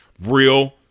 real